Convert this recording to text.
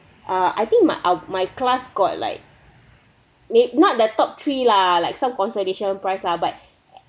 uh I think my out my class got like may not the top three lah like some consolation prize lah but